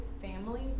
family